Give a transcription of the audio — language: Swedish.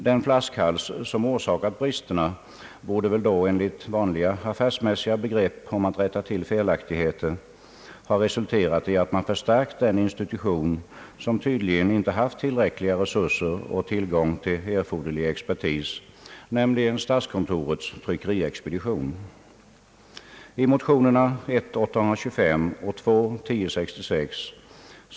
Den flaskhals, som orsakat bristerna, borde väl då enligt vanliga affärsmässiga begrepp när det gäller att rätta till felaktigheter ha resulterat i att man förstärkt den institution, som tydligen inte haft tillräckliga resurser och tillgång till erforderlig expertis, nämligen statskontorets tryckeriexpedition.